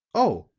oh,